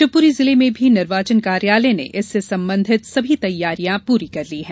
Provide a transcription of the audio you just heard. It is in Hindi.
शिवपुरी जिले में भी निर्वाचन कार्यालय ने इससे संबंधित तैयारियां पूरी कर ली हैं